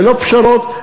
ללא פשרות,